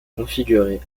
configurer